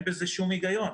אין בזה שום היגיון.